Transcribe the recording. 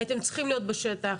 הייתם צריכים להיות בשטח.